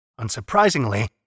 Unsurprisingly